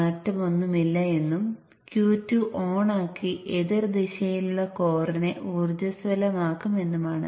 അതിനാൽ ഒന്നുകിൽ Q1 ഓണാണ് അല്ലെങ്കിൽ Q2 ഓണാണ്